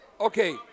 Okay